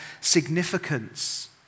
significance